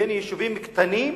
והן יישובים קטנים,